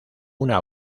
una